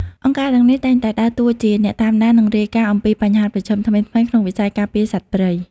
អង្គការទាំងនេះតែងតែដើរតួជាអ្នកតាមដាន និងរាយការណ៍អំពីបញ្ហាប្រឈមថ្មីៗក្នុងវិស័យការពារសត្វព្រៃ។